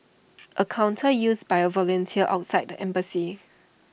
A counter used by A volunteer outside the embassy